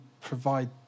provide